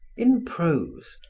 in prose,